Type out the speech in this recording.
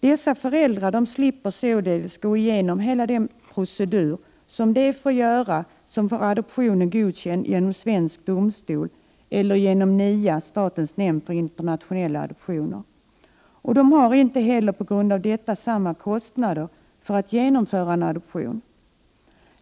Dessa föräldrar slipper således gå igenom hela den procedur som de får gå igenom som får adoptionen godkänd genom svensk domstol eller genom NIA. Därför har de inte heller samma kostnader för att genomföra en adoption.